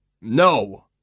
No